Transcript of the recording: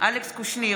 אלכס קושניר,